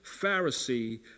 Pharisee